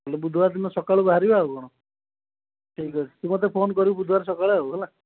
ତା'ହେଲେ ବୁଧବାର ଦିନ ସକାଳୁ ବାହାରିବା ଆଉ କ'ଣ ଠିକ୍ ଅଛି ତୁ ମୋତେ ଫୋନ୍ କରିବୁ ବୁଧବାର ସକାଳେ ଆଉ ହେଲା